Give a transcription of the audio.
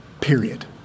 Period